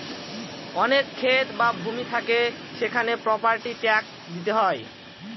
অনেক ক্ষেত বা ভূমি থাকে সেখানে প্রপার্টি ট্যাক্স দিতে হয়